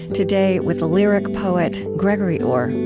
today, with lyric poet gregory orr